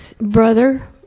brother